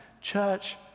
church